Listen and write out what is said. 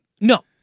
No